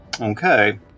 Okay